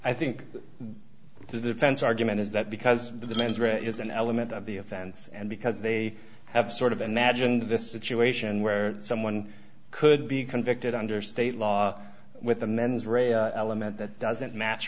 i think the defense argument is that because the mens rea is an element of the offense and because they have sort of imagined this situation where someone could be convicted under state law with the mens rea element that doesn't match